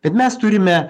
bet mes turime